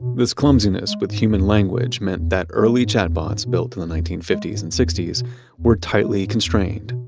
this clumsiness with human language meant that early chatbots built in the nineteen fifty s and sixty s were tightly constrained.